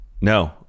No